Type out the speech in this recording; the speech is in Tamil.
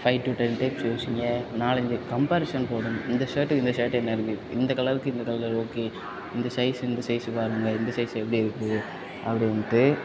ஃபைவ் டு டென் டைம்ஸ் யோசிங்க நாலஞ்சு கம்பாரிசன் போடுங்கள் இந்த ஷர்ட்க்கு இந்த ஷர்ட் என்ன இருக்கு இந்த கலருக்கு இந்த கலர் ஓகே இந்த சைஸ்க்கு இந்த சைஸ் பாருங்கள் இந்த சைஸ் எப்படி இருக்கு அப்படின்ட்டு